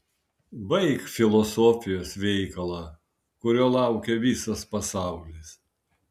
baik filosofijos veikalą kurio laukia visas pasaulis